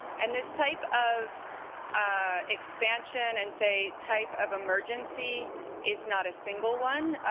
and this type of ah expansion and, say, type of emergency is not a single one.